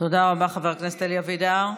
תודה רבה, חבר הכנסת אלי אבידר.